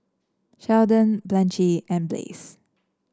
Sheldon Blanchie and Blaise